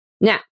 Now